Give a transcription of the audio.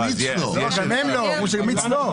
הם אמרו שמיץ לא.